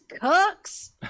cooks